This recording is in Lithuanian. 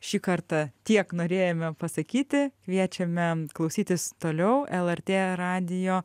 šį kartą tiek norėjome pasakyti kviečiame klausytis toliau lrt radijo